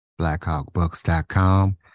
blackhawkbooks.com